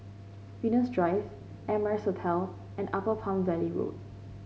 Venus Drive Amrise Hotel and Upper Palm Valley Road